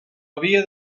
havia